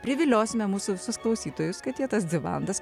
priviliosime mūsų visus klausytojus kad jie tas dvi valandas